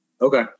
Okay